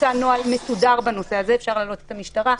ייצא נוהל מסודר בנושא הזה ואפשר להעלות את המשטרה.